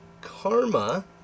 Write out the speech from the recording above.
karma